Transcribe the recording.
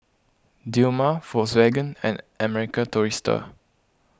Dilmah Volkswagen and American Tourister